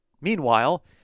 Meanwhile